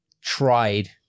tried